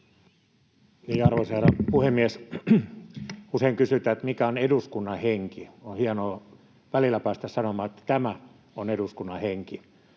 Arvoisa herra puhemies! Usein kysytään, mikä on eduskunnan henki. On hienoa välillä päästä sanomaan, että tämä on eduskunnan henki,